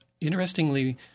interestingly